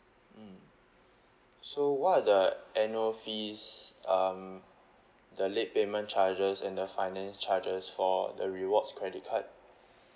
mm so what are the annual fees um the late payment charges and the finance charges for the rewards credit card